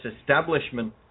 establishment